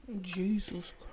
Jesus